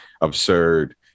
Absurd